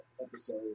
episode